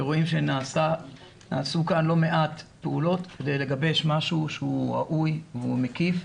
רואים שנעשו כאן לא מעט פעולות כדי לגבש משהו שהוא ראוי והוא מקיף.